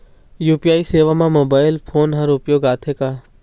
UPI सेवा म mobile phone हर उपयोग आथे का?